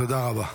תודה רבה.